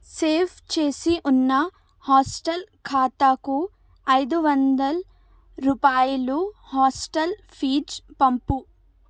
save చేసి ఉన్న hostel ఖాతాకు ఐదు వందల రూపాయలు హాస్టల్ ఫీజు పంపు